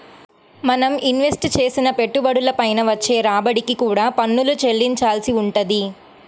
మనం ఇన్వెస్ట్ చేసిన పెట్టుబడుల పైన వచ్చే రాబడికి కూడా పన్నులు చెల్లించాల్సి వుంటది